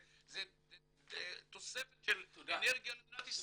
זה תוספת של אנרגיה למדינת ישראל.